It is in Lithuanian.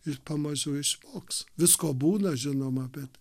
ir pamažu išmoks visko būna žinoma bet